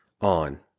on